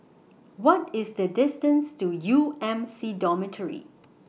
What IS The distance to U M C Dormitory